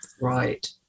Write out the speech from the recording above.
right